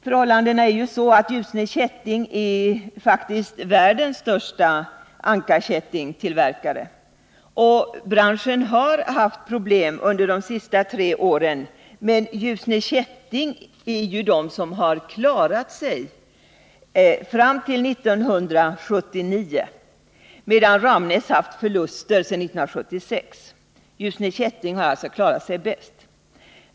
Förhållandet är ju det att Ljusne Kätting är världens största ankarkättingtillverkare. Branschen har haft problem under de senaste tre åren, men Ljusne Kätting har klarat sig fram till 1979, medan Ramnäs har haft förluster sedan 1976. Ljusne Kätting har alltså klarat sig bäst.